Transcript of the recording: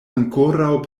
ankoraŭ